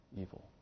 evil